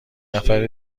نفر